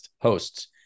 hosts